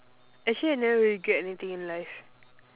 actually I never really regret anything in life